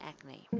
acne